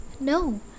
no